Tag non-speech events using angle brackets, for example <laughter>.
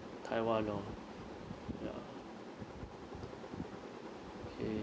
<breath> taiwan lor okay